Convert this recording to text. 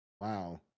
Wow